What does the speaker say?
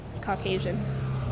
Caucasian